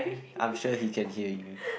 I'm sure he can hear you